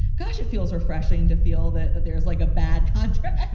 gosh, it feels refreshing to feel that there's like a bad contract.